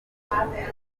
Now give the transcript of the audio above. amugabira